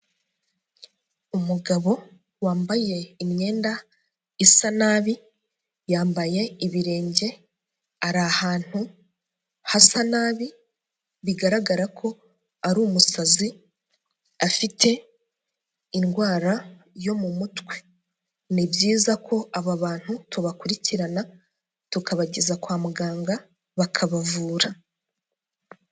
Umugabo wambaye imyenda isa nabi. Yambaye ibirenge. Ari ahantu hasa nabi. Bigaragara ko ari umusazi afite indwara yo mu mutwe. Ni byiza ko aba bantu tubakurikirana tukabageza kwa muganga bakabavura.